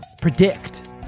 predict